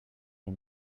him